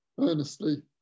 earnestly